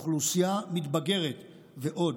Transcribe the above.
אוכלוסייה מתבגרת ועוד.